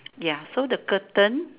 ya so the curtain